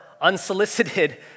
unsolicited